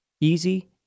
easy